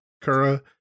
kura